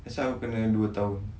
that's why aku kena dua tahun